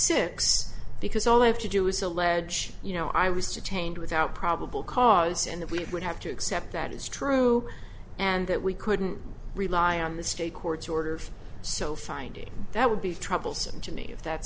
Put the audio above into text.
six because all they have to do is allege you know i was detained without probable cause and that we would have to accept that is true and that we couldn't rely on the state court's order so finding that would be troublesome to me if that's